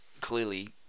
clearly